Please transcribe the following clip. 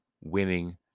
winning